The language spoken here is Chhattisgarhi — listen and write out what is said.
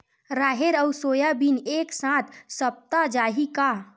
राहेर अउ सोयाबीन एक साथ सप्ता चाही का?